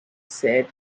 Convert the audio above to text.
said